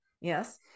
Yes